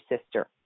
sister